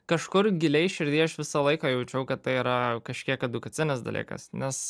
kažkur giliai širdyje aš visą laiką jaučiau kad tai yra kažkiek edukacinis dalykas nes